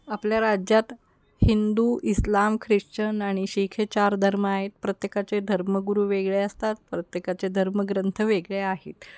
आपल्या राज्यात हिंदू इस्लाम ख्रिश्चन आणि शीख हे चार धर्म आहेत प्रत्येकाचे धर्मगुरू वेगळे असतात प्रत्येकाचे धर्मग्रंथ वेगळे आहेत